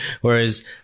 whereas